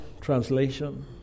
translation